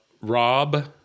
rob